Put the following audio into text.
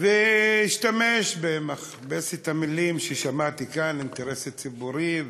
והשתמש במכבסת המילים ששמעתי כאן: האינטרס הציבורי,